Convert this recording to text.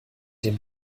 dem